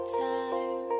time